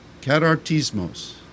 catartismos